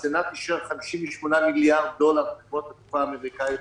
הסנאט אישר 58 מיליארד דולר לחברות התעופה האמריקאיות,